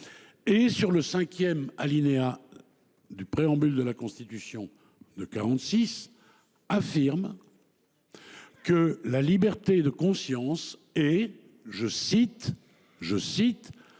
et sur le cinquième alinéa du préambule de la Constitution de 1946, affirme que la liberté de conscience est un « principe